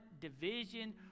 division